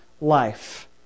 life